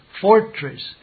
fortress